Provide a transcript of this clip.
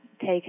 take